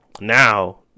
Now